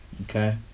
Okay